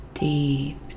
Deep